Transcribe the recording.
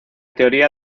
teoría